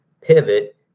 pivot